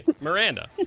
Miranda